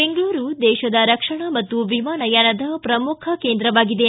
ಬೆಂಗಳೂರು ದೇಶದ ರಕ್ಷಣಾ ಮತ್ತು ವಿಮಾನಯಾನದ ಪ್ರಮುಖ ಕೇಂದ್ರವಾಗಿದೆ